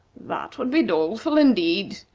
that would be doleful, indeed,